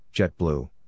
JetBlue